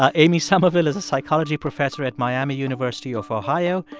amy summerville is a psychology professor at miami university of ohio.